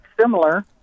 similar